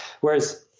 Whereas